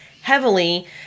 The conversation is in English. heavily